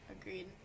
Agreed